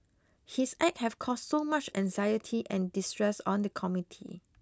his act have caused much anxiety and distress on the community